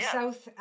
South